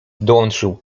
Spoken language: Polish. dołączył